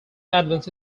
advanced